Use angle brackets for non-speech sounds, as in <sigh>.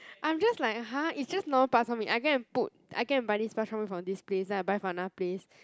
<breath> I'm just like !huh! it's just normal Bak Chor Mee I go and put I go and buy this Bak Chor Mee from this place then I buy from another place